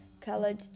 colored